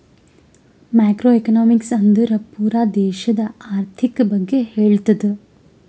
macro economics ಅಂದುರ್ ಪೂರಾ ದೇಶದು ಆರ್ಥಿಕ್ ಬಗ್ಗೆ ಹೇಳ್ತುದ